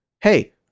hey